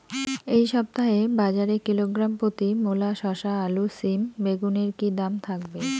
এই সপ্তাহে বাজারে কিলোগ্রাম প্রতি মূলা শসা আলু সিম বেগুনের কী দাম থাকবে?